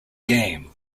game